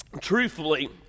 truthfully